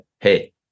hey